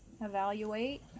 evaluate